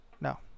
no